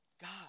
God